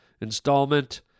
installment